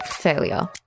failure